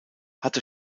hatte